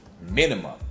minimum